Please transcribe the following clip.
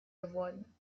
geworden